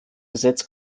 gesetz